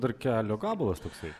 dar kelio gabalas toksai